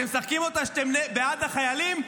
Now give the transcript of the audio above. אתם משחקים אותה שאתם בעד החיילים?